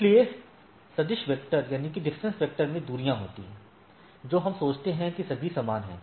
इसलिए सदिश वेक्टर में दूरियां होती हैं जो हम सोचते हैं कि सभी समान हैं